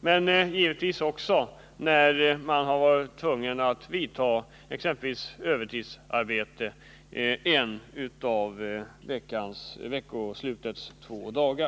och givetvis också när man varit tvungen till övertidsarbete under en av veckoslutets två dagar.